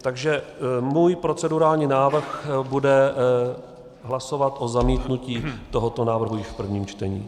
Takže můj procedurální návrh bude hlasovat o zamítnutí tohoto návrhu v prvním čtení.